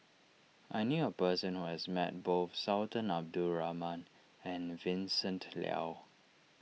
I knew a person who has met both Sultan Abdul Rahman and Vincent Leow